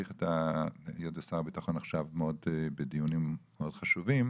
היות ושר הביטחון עכשיו בדיונים מאוד חשובים,